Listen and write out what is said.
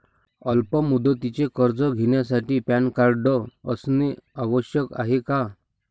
अल्प मुदतीचे कर्ज घेण्यासाठी पॅन कार्ड असणे आवश्यक आहे का?